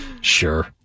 Sure